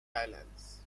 islands